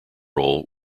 role